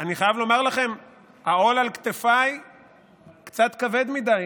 אני חייב לומר לכם שהעול על כתפיי כבד מדי.